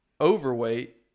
overweight